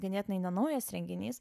ganėtinai nenaujas renginys